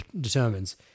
determines